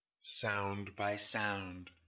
Sound-by-Sound